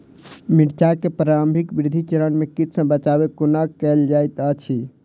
मिर्चाय केँ प्रारंभिक वृद्धि चरण मे कीट सँ बचाब कोना कैल जाइत अछि?